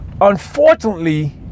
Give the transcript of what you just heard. unfortunately